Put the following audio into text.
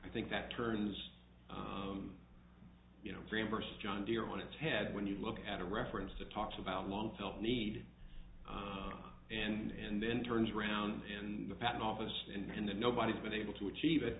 i think that turns them you know reimburse john deere on its head when you look at a reference to talks about long felt needed and then turns around in the patent office and that nobody's been able to achieve it